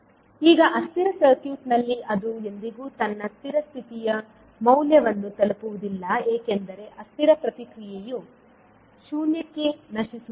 ಈಗ ಅಸ್ಥಿರ ಸರ್ಕ್ಯೂಟ್ನಲ್ಲಿ ಅದು ಎಂದಿಗೂ ತನ್ನ ಸ್ಥಿರ ಸ್ಥಿತಿಯ ಮೌಲ್ಯವನ್ನು ತಲುಪುವುದಿಲ್ಲ ಏಕೆಂದರೆ ಅಸ್ಥಿರ ಪ್ರತಿಕ್ರಿಯೆಯು ಶೂನ್ಯಕ್ಕೆ ನಶಿಸುವುದಿಲ್ಲ